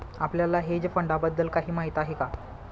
आपल्याला हेज फंडांबद्दल काही माहित आहे का?